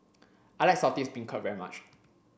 I like Saltish Beancurd very much